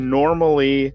normally